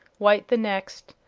white the next,